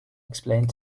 explained